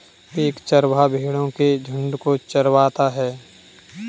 एक चरवाहा भेड़ो के झुंड को चरवाता है